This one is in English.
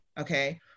okay